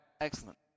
Excellent